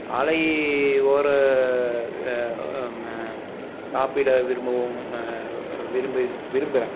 சாலை ஓர சாப்பிட விரும்பவும் விரும்பு விரும்புகிறேன்